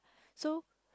so